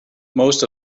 most